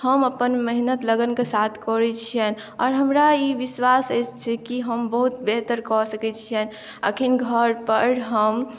हम अपन मेहनत लगनके साथ करै छियनि आओर हमरा ई विश्वास अछि कि हम बहुत बेहतर कऽ सकैत छियनि अखैन घर पर हम